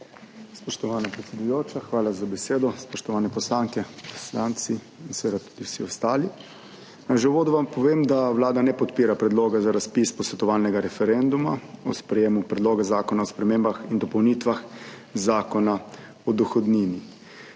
Spoštovana predsedujoča, hvala za besedo. Spoštovane poslanke, poslanci in vsi ostali! Naj že uvodoma povem, da Vlada ne podpira predloga za razpis posvetovalnega referenduma o sprejemu Predloga zakona o spremembah in dopolnitvah Zakona o dohodnini.